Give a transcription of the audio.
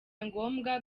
ngombwa